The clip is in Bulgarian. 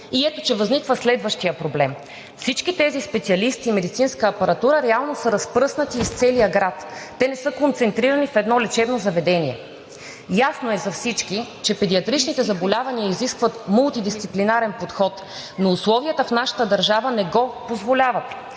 И ето, че възниква следващият проблем: всички тези специалисти и медицинска апаратура реално са разпръснати из целия град. Те не са концентрирани в едно лечебно заведение. Ясно е за всички, че педиатричните заболявания изискват мултидисциплинарен подход, но условията в нашата държава не го позволяват